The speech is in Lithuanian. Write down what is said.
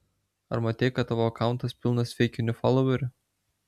ar matei kad tavo akauntas pilnas feikinių foloverių